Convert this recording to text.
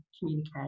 communicate